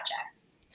projects